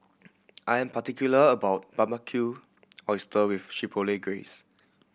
I am particular about Barbecued Oyster with Chipotle Glaze